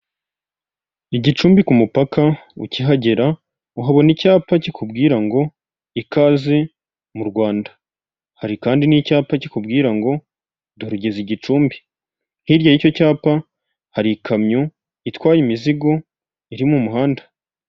Igicumbi ku mupaka ukihagera uhabona icyapa kikubwira ngo ikaze m'u Rwanda. Hari kandi n'icyapa kikubwira ngo dore ugeze Igicumbi, hirya y'icyo cyapa hari ikamyo itwaye imizigo iri mu muhanda.